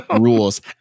rules